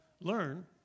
learn